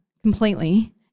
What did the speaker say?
completely